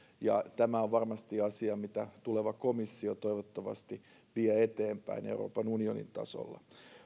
ja tämä on varmasti asia mitä tuleva komissio toivottavasti vie eteenpäin euroopan unionin tasolla